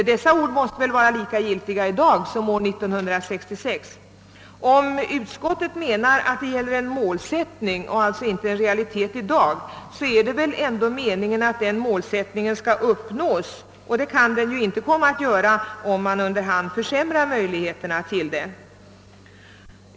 Dessa ord måste väl vara lika giltiga i dag som år 1966. Om utskottet menar att det gäller en målsättning — och alltså inte en realitet i dag — så är det väl ändå meningen att den målsättningen skall uppnås. Det kan den ju inte komma att göra, om man under hand försämrar möjligheterna därtill.